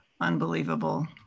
unbelievable